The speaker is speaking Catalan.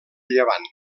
llevant